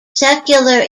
secular